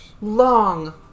long